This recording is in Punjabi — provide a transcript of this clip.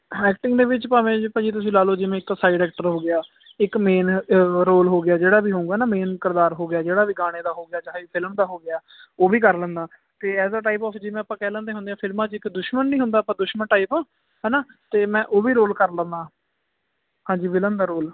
ਐਕਟਿੰਗ ਦੇ ਵਿੱਚ ਭਾਵੇਂ ਜੀ ਭਾਜੀ ਤੁਸੀਂ ਲਾ ਲੋ ਜਿਵੇਂ ਇੱਕ ਸਾਈਡ ਐਕਟਰ ਹੋ ਗਿਆ ਇੱਕ ਮੇਨ ਰੋਲ ਹੋ ਗਿਆ ਜਿਹੜਾ ਵੀ ਹੋਊਂਗਾ ਨਾ ਮੇਨ ਕਿਰਦਾਰ ਹੋ ਗਿਆ ਜਿਹੜਾ ਵੀ ਗਾਣੇ ਦਾ ਹੋ ਗਿਆ ਚਾਹੇ ਫਿਲਮ ਦਾ ਹੋ ਗਿਆ ਉਹ ਵੀ ਕਰ ਲੈਨਾ ਤੇ ਐਜ ਅ ਟਾਈਪ ਓਫ ਜਿਵੇਂ ਆਪਾਂ ਕਹਿ ਲੈਂਦੇ ਹੁੰਨੇ ਆਂ ਫ਼ਿਲਮਾਂ 'ਚ ਇੱਕ ਦੁਸ਼ਮਣ ਨੀ ਹੁੰਦਾ ਆਪਾਂ ਦੁਸ਼ਮਣ ਟਾਈਪ ਹਨਾ ਤੇ ਮੈਂ ਉਹ ਵੀ ਰੋਲ ਕਰ ਲੈਨਾ ਹਾਂਜੀ ਵਿਲਨ ਦਾ ਰੋਲ